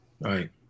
Right